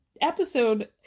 episode